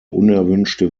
unerwünschte